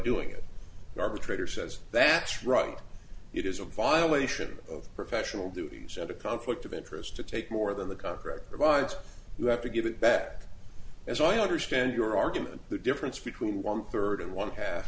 doing it the arbitrator says that's right it is a violation of professional duties and a conflict of interest to take more than the contract provides you have to give it back as i understand your argument the difference between one third and one ha